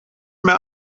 mehr